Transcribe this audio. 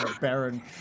Baron